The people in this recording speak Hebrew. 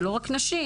ולא רק נשים,